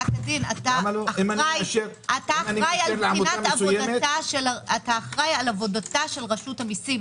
אתה אחראי על עבודת רשות המיסים,